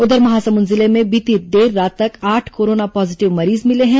उधर महासमुंद जिले में बीती देर रात तक आठ कोरोना पॉजीटिव मरीज मिले हैं